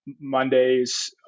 Mondays